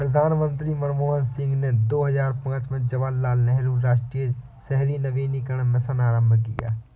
प्रधानमंत्री मनमोहन सिंह ने दो हजार पांच में जवाहरलाल नेहरू राष्ट्रीय शहरी नवीकरण मिशन आरंभ किया